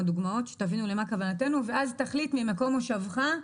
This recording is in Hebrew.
דוגמאות שתבינו מה כוונתנו ואז תחליט ממקום מושבך,